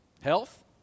Health